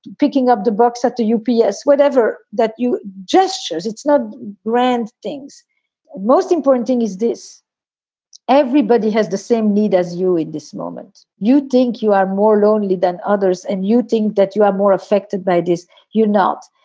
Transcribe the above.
picking up the books at the u. p. s, whatever that you just showed. it's not random things. the most important thing is this everybody has the same need as you in this moment you think you are more lonely than others and you think that you are more affected by this. you're not.